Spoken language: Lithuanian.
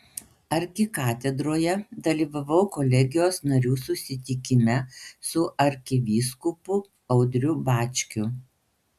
arkikatedroje dalyvavau kolegijos narių susitikime su arkivyskupu audriu bačkiu